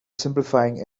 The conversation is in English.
simplifying